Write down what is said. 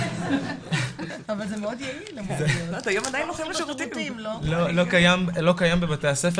בבתי ספר זה לא קיים,